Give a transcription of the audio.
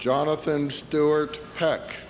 jonathan stewart pack